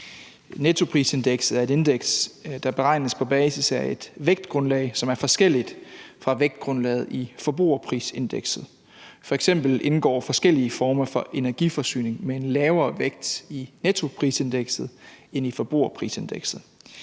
Nettoprisindekset er et indeks, der beregnes på basis af et vægtgrundlag, som er forskelligt fra vægtgrundlaget i forbrugerprisindekset. F.eks. indgår forskellige former for energiforsyning med en lavere vægt i nettoprisindekset end i forbrugerprisindekset.